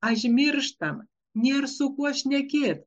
ažmirštam nėr su kuo šnekėt